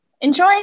enjoy